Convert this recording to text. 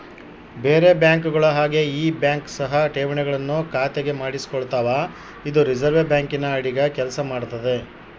ಬೇರೆ ಬ್ಯಾಂಕುಗಳ ಹಾಗೆ ಈ ಬ್ಯಾಂಕ್ ಸಹ ಠೇವಣಿಗಳನ್ನು ಖಾತೆಗೆ ಮಾಡಿಸಿಕೊಳ್ತಾವ ಇದು ರಿಸೆರ್ವೆ ಬ್ಯಾಂಕಿನ ಅಡಿಗ ಕೆಲ್ಸ ಮಾಡ್ತದೆ